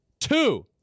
two